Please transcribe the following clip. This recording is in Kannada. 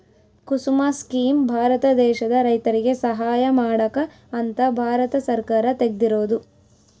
ಕುಸುಮ ಸ್ಕೀಮ್ ಭಾರತ ದೇಶದ ರೈತರಿಗೆ ಸಹಾಯ ಮಾಡಕ ಅಂತ ಭಾರತ ಸರ್ಕಾರ ತೆಗ್ದಿರೊದು